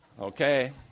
Okay